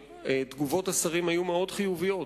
שתגובות השרים היו מאוד חיוביות.